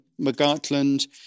McGartland